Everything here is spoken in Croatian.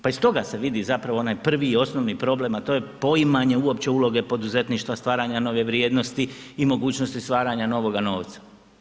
Pa iz toga se vidi zapravo onaj prvi i osnovni problem, a to je poimanje uopće uloge poduzetništva, stvaranja nove vrijednosti i mogućnosti stvaranja novoga novca.